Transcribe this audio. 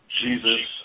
Jesus